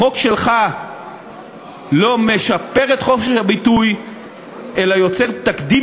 החוק שלך לא משפר את חופש הביטוי אלא יוצר תקדים